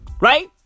Right